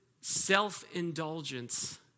self-indulgence